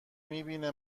میبینه